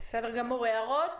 יש הערות?